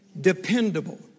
dependable